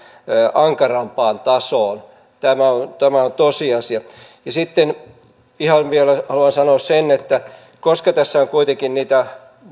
ankarampaan tasoon tämä on tosiasia sitten vielä haluan sanoa ihan sen että koska tässä on kuitenkin niitä